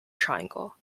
triangle